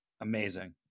Amazing